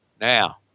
now